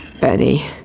Benny